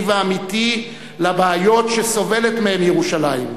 ואמיתי לבעיות שסובלת מהן ירושלים,